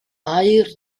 aur